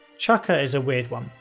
chukka is a weird one.